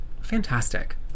Fantastic